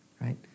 right